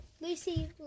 Lucy